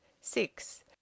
Six